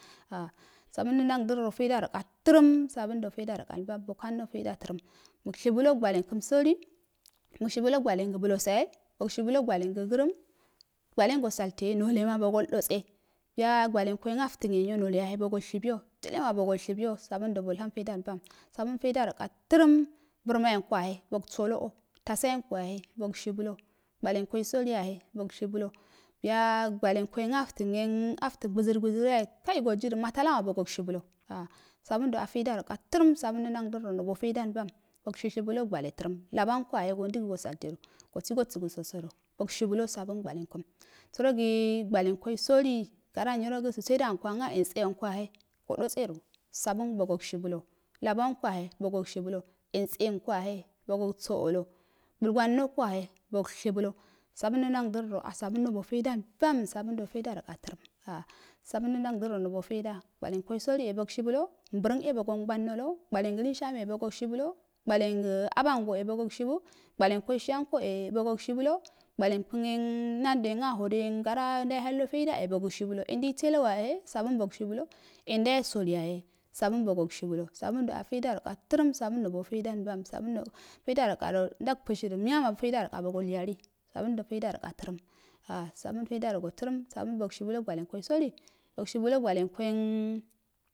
Ha barbuna ndandərado jeidaroka tɛrəm sabundo jeida raka bam saunɗ jeidor rakalbam saundo boghondo jeida tərəm məkshibalo gwale kum boli magshibulo gwalengə buloseye məgshibalo gwale ngə grəm gwalenso salte yo nalama boldotse biga gwaleko nga itən enyo halema bogoldotse biya gwalenkonfton enyo nolema bogol shibiyo banbundo bolham jeidaroka təram burma yenko yahe bogokisolo tabayenko yahe bogshibulo gwalenko isolə yahe bokshubulo biiya gwalen kongaftan yein gwazzər guzər kai go jidu matala ma boogshubwo a sabundo. jeidaroko tərəm sabuno ndan dərado nobo jeidalbam məgo shibulo gwale labowanko yahe gondə gi go saledu musbi səgo sosodu bogshi bula sanbun gwalen kəm sərogi gwalenkoi soli gara nyirogi subeduənko anga entsean koyehe so dosedu bogoshibulo labanko yahe bogo shebulo entse anko yahe bogo so olo guldunonko yahe bogo shubulo sanbuno ndərdo sabuno bojeidalmban sabundo jaidarokka tərəma sabuno ndərdo sabun no jeida gwalen koisoliyahe nugshibufo mbərən e bogon mbom do do gwalenga lirshame bogoshibwlo gwashuku a walenko ishyanko e bogoshibulo gwalenkun nadoyinga hado garayan ndawe handɔ jaidae bogoyinga hado garayam ndawe hando garayam ndawe hand jaidu bogoshibulo endei bado wa yahe sabun bogshi bulo yendawe sohu yahe sabin bogoshe ulo saundo jeidaro ulo sabundo jeidaro ka rərəm sabun nobo jeidalimmbamsawndo jeidarokado ndak pushi do ma jeida rokau yali sabundo jeidaroka rərəm sabundo bog shibulo gwalenkoisoli bogshibunlo gwalenkoi,